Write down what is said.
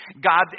God